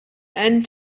end